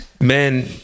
Man